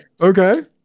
okay